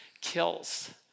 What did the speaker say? kills